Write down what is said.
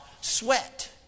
Sweat